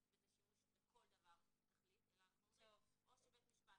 בזה שימוש לכל דבר בתכלית אלא אנחנו אומרים שאו שבית משפט